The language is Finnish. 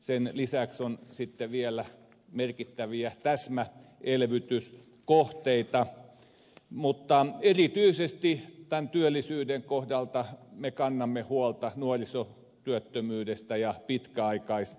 sen lisäksi on sitten vielä merkittäviä täsmäelvytyskohteita mutta tämän työllisyyden kohdalla me kannamme erityisesti huolta nuorisotyöttömyydestä ja pitkäaikaistyöttömyydestä